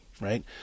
right